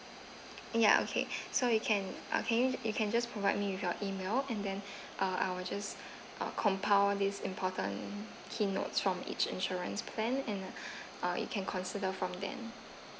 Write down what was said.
ya okay so you can uh can you you can just provide me with your email and then uh I'll will just uh compile this important key notes from each insurance plan and uh you can consider from them